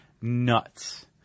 nuts